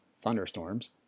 thunderstorms